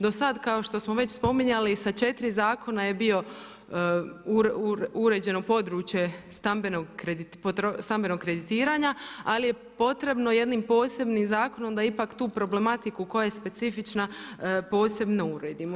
Do sada kao što smo već spominjali i sa 4 zakona je bio uređeno područje stambenog kreditiranja ali je potrebno jednim posebnim zakonom da ipak tu problematiku koja je specifična posebno uredimo.